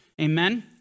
Amen